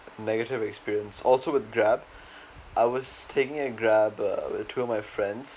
negative experience also with grab I was taking a grab uh to my friend's